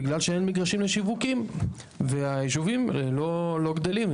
בגלל שאין מגרשים לשיווקים והיישובים לא גדלים.